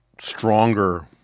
stronger